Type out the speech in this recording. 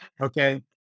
okay